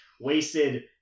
wasted